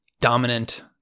dominant